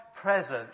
present